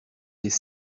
des